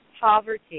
poverty